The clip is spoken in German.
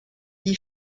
die